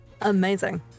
Amazing